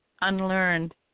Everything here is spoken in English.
unlearned